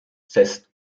sest